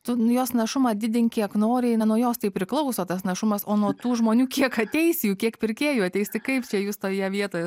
tu nu jos našumą didink kiek nori ne nuo jos tai priklauso tas našumas o nuo tų žmonių kiek ateis jų kiek pirkėjų ateis tai kaip čia jūs toje vietoje